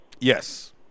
Yes